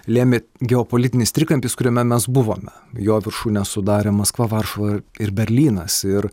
lėmė geopolitinis trikampis kuriame mes buvome jo viršūnę sudarė maskva varšuva ir berlynas ir